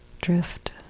drift